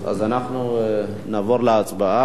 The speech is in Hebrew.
אז אנחנו נעבור להצבעה